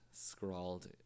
scrawled